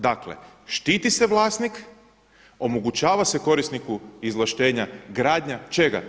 Dakle, štiti se vlasnik, omogućava se korisniku izvlaštenja gradnja, čega?